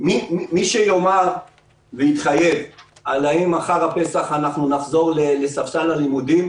מי שיאמר ויתחייב האם אחרי הפסח אנחנו נחזור לספסל הלימודים,